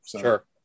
Sure